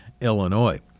Illinois